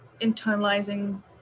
internalizing